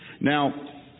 Now